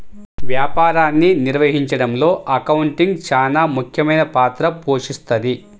వ్యాపారాన్ని నిర్వహించడంలో అకౌంటింగ్ చానా ముఖ్యమైన పాత్ర పోషిస్తది